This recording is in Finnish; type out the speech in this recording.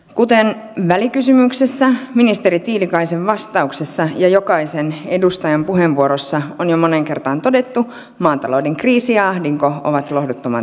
kuten välikysymyksessä ministeri tiilikaisen vastauksessa ja jokaisen edustajan puheenvuorossa on jo moneen kertaan todettu maatalouden kriisi ja ahdinko ovat lohduttoman todellisia